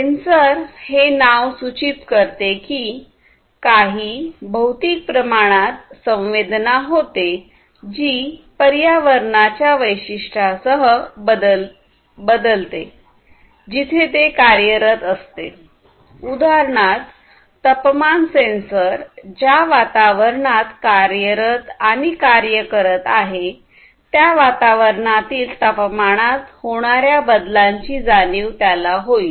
sensor हे नाव सूचित करते की काही भौतिक प्रमाणात संवेदना होते जी पर्यावरणाच्या वैशिष्ट्यांसह बदलते जिथे ते कार्यरत असते उदाहरणार्थ तपमान सेंसर ज्या वातावरणात कार्यरत आणि कार्य करत आहे त्या वातावरणातील तापमानात होणाऱ्या बदलांची जाणीव त्याला होईल